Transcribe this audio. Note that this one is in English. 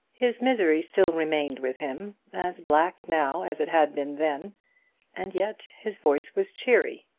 his misery still remained with him, as black now as it had been then and yet his voice was cheery.